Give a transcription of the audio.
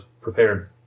prepared